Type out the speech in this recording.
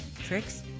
tricks